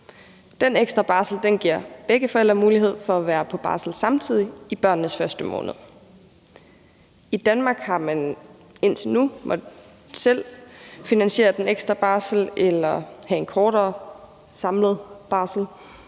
Den ekstra barsel giver begge forældre mulighed for at være på barsel samtidig i børnenes første måneder. I Danmark har man indtil nu selv måttet finansiere den ekstra barsel eller have en kortere samlet barsel,